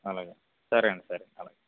అలాగే సరే అండి సరే అలాగే